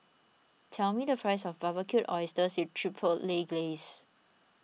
tell me the price of Barbecued Oysters with Chipotle Glaze